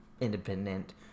independent